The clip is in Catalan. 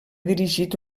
dirigit